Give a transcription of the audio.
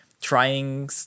trying